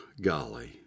golly